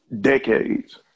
decades